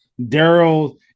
Daryl